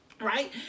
right